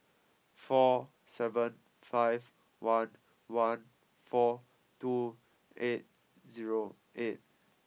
four seven five one one four two eight zero eight